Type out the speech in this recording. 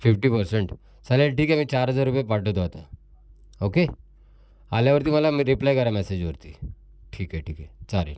fifty percent चालेल ठीक आहे मी चार हजार रुपये पाठवतो आता ओके आल्यावरती मला मी रिप्लाय करा मॅसेजवरती ठीक आहे ठीक आहे चालेल